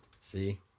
See